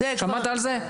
שמעת על זה?